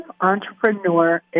Entrepreneur